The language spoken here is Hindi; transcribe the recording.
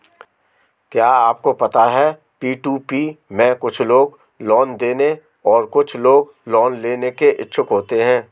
क्या आपको पता है पी.टू.पी में कुछ लोग लोन देने और कुछ लोग लोन लेने के इच्छुक होते हैं?